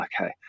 okay